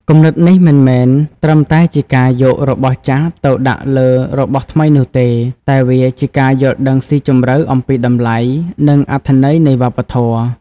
គំនិតនេះមិនមែនត្រឹមតែជាការយករបស់ចាស់ទៅដាក់លើរបស់ថ្មីនោះទេ តែវាជាការយល់ដឹងស៊ីជម្រៅអំពីតម្លៃ និងអត្ថន័យនៃវប្បធម៌។